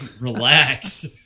relax